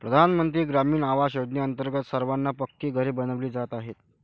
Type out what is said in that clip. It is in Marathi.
प्रधानमंत्री ग्रामीण आवास योजनेअंतर्गत सर्वांना पक्की घरे बनविली जात आहेत